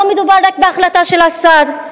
לא מדובר רק בהחלטה של השר,